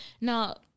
Now